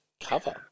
cover